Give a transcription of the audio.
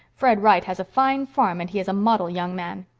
fred wright has a fine farm and he is a model young man.